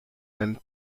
même